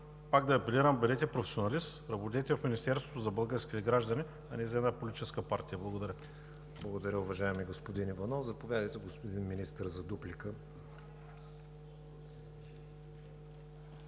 Пак апелирам: бъдете професионалист, работете в Министерството за българските граждани, а не за една политическа партия. ПРЕДСЕДАТЕЛ КРИСТИАН ВИГЕНИН: Благодаря, уважаеми господин Иванов. Заповядайте, господин Министър, за дуплика.